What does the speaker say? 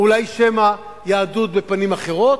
או אולי שמא יהדות בפנים אחרות?